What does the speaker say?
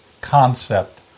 concept